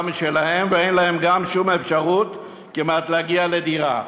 משלהם ואין להם גם שום אפשרות כמעט להגיע לדירה.